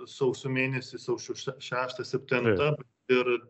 sausio mėnesį saušio šeštą septintą ir